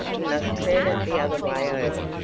you must turn it the other way over.